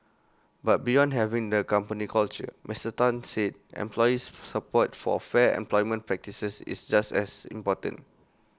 but beyond having the company culture Mister Tan said employees support for fair employment practices is just as important